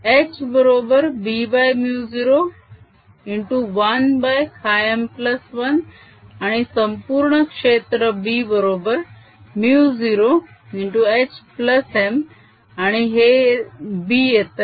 H बरोबर bμ0 1χm1 आणि संपूर्ण क्षेत्र b बरोबर μ0 h m आणि हे b येतंय